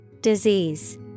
Disease